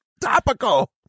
Topical